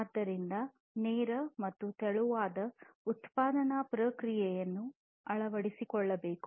ಆದ್ದರಿಂದ ನೇರ ಮತ್ತು ತೆಳುವಾದ ಉತ್ಪಾದನಾ ಪ್ರಕ್ರಿಯೆಯನ್ನು ಅಳವಡಿಸಿಕೊಳ್ಳಬೇಕು